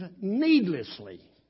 needlessly